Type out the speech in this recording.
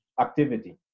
activity